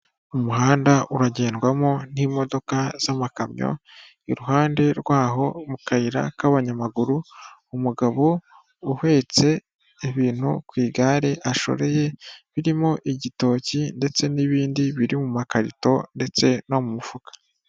Umuhanda uragendwamo n'imodoka z'amakamyo, iruhande rw'aho mu kayira k'abanyamaguru umugabo uhetse ibintu ku igare ashoreye birimo igitoki ndetse n'ibindi biri mu makarito ndetse no mu mufuka.